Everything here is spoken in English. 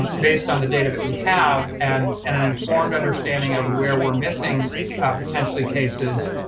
um based on the data that we have and and an informed understanding of where we're missing potentially cases,